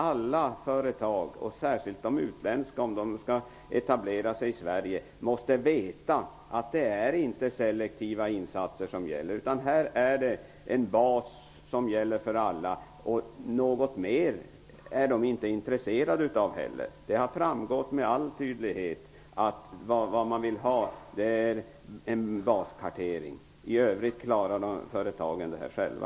Alla företag -- det gäller särskilt utländska företag som vill etablera sig i Sverige -- måste veta att det inte är selektiva insatser som gäller. Här är det i stället fråga om en bas som gäller för alla. Något mer är man inte intresserad av. Det framgår med all önskvärd tydlighet att man vill ha en baskartering. I övrigt klarar företagen det här själva.